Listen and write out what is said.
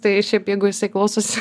tai šiaip jeigu jisai klausosi